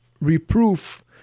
reproof